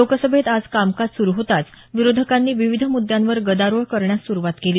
लोकसभेत आज कामकाज सुरू होताच विरोधकांनी विविध मुद्यांवर गदारोळ करण्यास सुरुवात केली